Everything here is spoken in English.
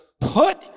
put